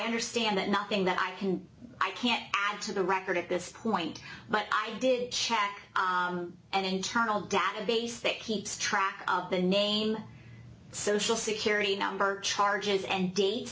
understand that nothing that i can i can't add to the record at this point but i did check an internal database that keeps track of the name social security number charges and dates